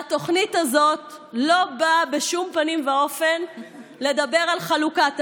והתוכנית הזאת לא באה בשום פנים ואופן לדבר על חלוקת הארץ,